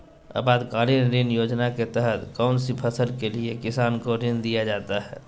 आपातकालीन ऋण योजना के तहत कौन सी फसल के लिए किसान को ऋण दीया जाता है?